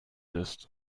ist